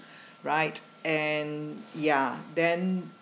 right and ya then